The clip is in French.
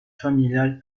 familial